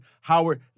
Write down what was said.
Howard